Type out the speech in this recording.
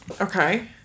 okay